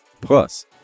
plus